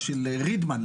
של רידמן,